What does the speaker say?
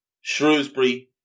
Shrewsbury